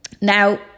Now